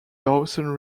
dawson